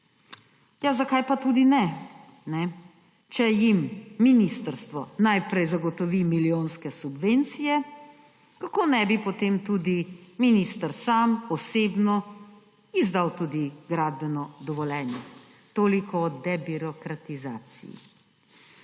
Ja zakaj pa tudi ne, če jim ministrstvo najprej zagotovi milijonske subvencije? Kako ne bi potem minister sam osebno izdal tudi gradbenega dovoljenja? Toliko o debirokratizaciji.